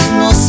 no